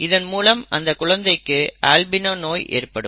இதன் மூலம் அந்த குழந்தைக்கு அல்பிணோ நோய் ஏற்படும்